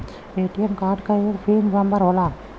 ATM card क एक pin number होला